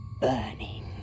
burning